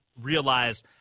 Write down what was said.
realize